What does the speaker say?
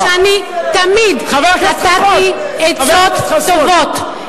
משום שאני תמיד נתתי עצות טובות,